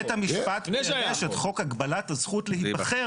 בית המשפט מימש את חוק הגבלת הזכות להיבחר